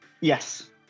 Yes